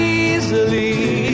easily